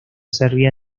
serbia